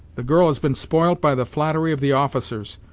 the girl has been spoilt by the flattery of the officers,